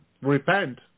Repent